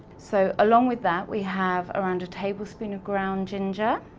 so, along with that, we have around a tablespoon of ground ginger,